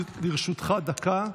לרשותך דקה.